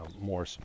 more